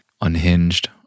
Unhinged